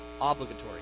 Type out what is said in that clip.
obligatory